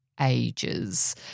ages